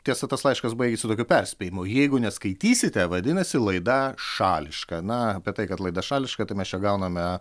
tiesa tas laiškas baigiasi tokiu perspėjimu jeigu neskaitysite vadinasi laida šališka na apie tai kad laida šališka tai mes čia gauname